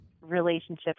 relationship